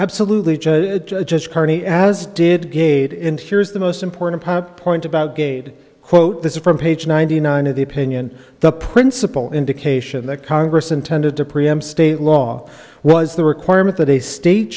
absolutely just carney as did gait and here's the most important point about gade quote this is from page ninety nine of the opinion the principal indication that congress intended to preempt state law was the requirement that a state